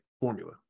formula